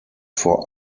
vor